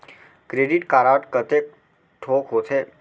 Credit card कतेक ठोक होथे?